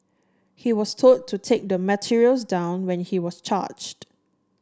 he was told to take the materials down when he was charged